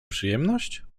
przyjemność